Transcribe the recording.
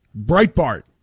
Breitbart